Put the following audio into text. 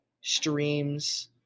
streams